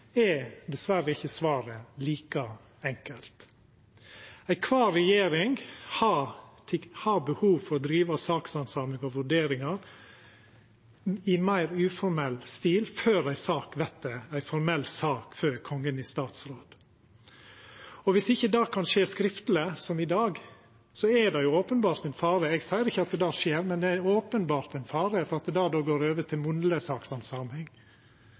er svaret diverre ikkje like enkelt. Alle regjeringar har behov for å driva sakshandsaming og vurderingar i meir uformell stil før ei sak vert ei formell sak for Kongen i statsråd. Viss ikkje det kan skje skriftleg, som i dag, er det openbert ein fare. Eg seier ikkje at det skjer, men det er openbert ein fare for at det då går over til